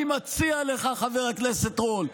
חבר הכנסת רול,